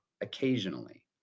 occasionally